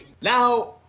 Now